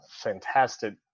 fantastic